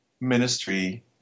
ministry